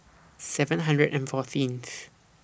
seven hundred and fourteenth